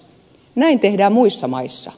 näin tehdään muissa maissa